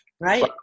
right